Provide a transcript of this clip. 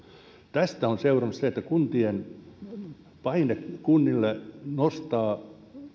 tästä on seurannut se että paine kunnille nostaa